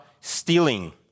stealing